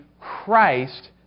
Christ